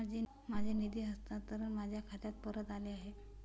माझे निधी हस्तांतरण माझ्या खात्यात परत आले आहे